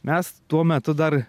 mes tuo metu dar